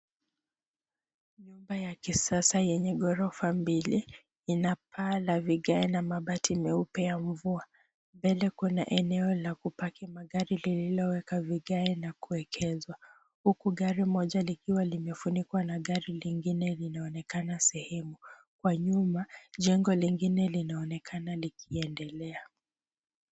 Nyumba ya kisasa yenye ghorofa mbili. Ina paa la vigae na mabati meupe ya mvua. Mbele kuna eneo la kupaki magari lililowekwa vigae na kuegezwa huku gari moja likiwa limefunikwa na gari lingine linaonekana sehemu. Kwa nyuma, jengo lingine linaonekana likiendelea.